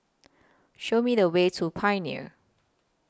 Show Me The Way to Pioneer